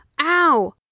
Ow